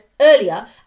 earlier